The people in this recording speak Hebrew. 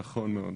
נכון מאוד.